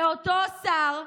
זה אותו שר שהיום,